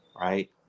right